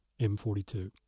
M42